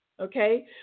Okay